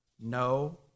no